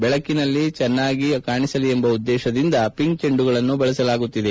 ಬೆಳಕಿನಲ್ಲಿ ಚೆನ್ನಾಗಿ ಕಾಣಿಸಲಿ ಎಂಬ ಉದ್ದೇಶದಿಂದ ಪಿಂಕ್ ಚಂಡುಗಳನ್ನು ಬಳಸಲಾಗುತ್ತಿದೆ